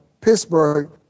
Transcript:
Pittsburgh